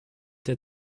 der